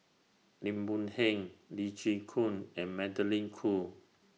Lim Boon Heng Lee Chin Koon and Magdalene Khoo